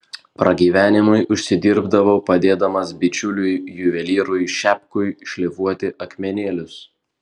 pragyvenimui užsidirbdavau padėdamas bičiuliui juvelyrui šepkui šlifuoti akmenėlius